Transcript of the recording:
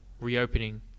reopening